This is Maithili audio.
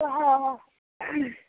अह हूँ